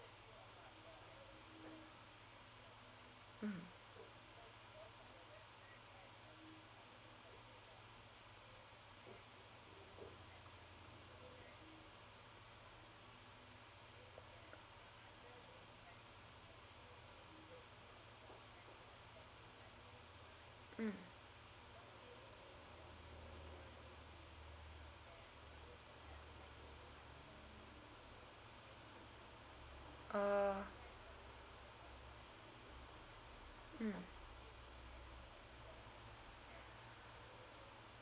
mm mm oh mm